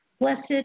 Blessed